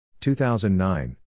2009